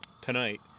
tonight